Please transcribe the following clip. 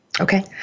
Okay